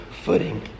footing